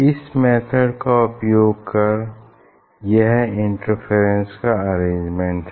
इस मेथड का उपयोग कर यह इंटरफेरेंस का अरेंजमेंट है